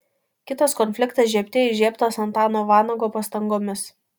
kitas konfliktas žiebte įžiebtas antano vanago pastangomis